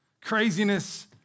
craziness